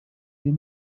iyi